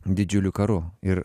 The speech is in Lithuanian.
didžiuliu karu ir